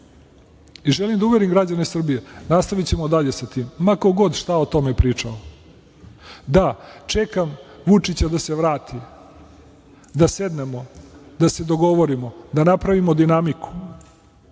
snimka. Želim da uverim građane Srbije, nastavićemo dalje sa tim ma ko god šta o tome pričao. Da, čekam Vučića da se vrati, da sednemo, da se dogovorimo, da napravimo dinamiku